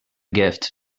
gift